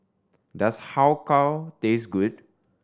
does how kow taste good